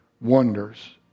wonders